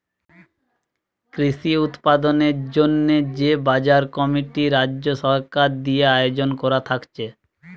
কৃষি উৎপাদনের জন্যে যে বাজার কমিটি রাজ্য সরকার দিয়ে আয়জন কোরা থাকছে